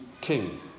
king